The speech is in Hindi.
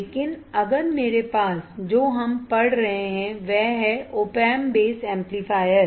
लेकिन अगर मेरे पास जो हम पढ़ रहे हैं वह है op amp बेस एम्पलीफायर